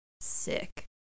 Sick